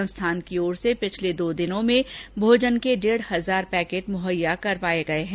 संस्थान की ओर ै से पिछले दो दिनों में भोजन के डेढ हजार पैकिट मुहैया कराए गए हैं